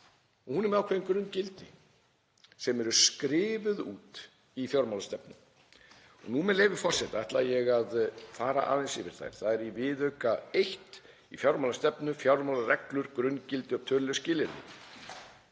Hún er með ákveðin grunngildi sem eru skrifuð út í fjármálastefnu. Með leyfi forseta ætla ég að fara aðeins yfir þau. Í viðauka eitt í fjármálastefnu eru fjármálareglur, grunngildi og töluleg skilyrði.